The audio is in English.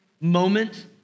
moment